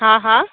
હા હા